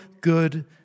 good